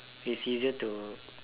it's easier to